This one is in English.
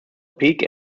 peak